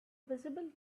visible